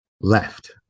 left